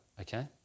okay